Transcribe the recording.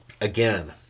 Again